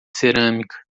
cerâmica